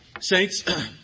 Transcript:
Saints